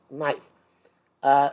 knife